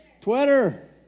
Twitter